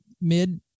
mid